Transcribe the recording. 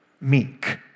meek